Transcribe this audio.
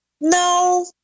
No